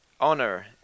honor